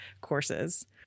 courses